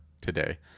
today